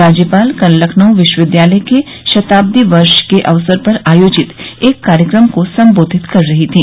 राज्यपाल कल लखनऊ विश्वविद्यालय के शताब्दी वर्ष के अवसर पर आयोजित एक कार्यक्रम को संबोधित कर रही थी